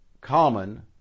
common